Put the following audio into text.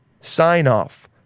sign-off